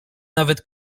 nawet